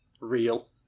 real